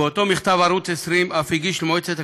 באותו מכתב ערוץ 20 אף הגיש למועצה את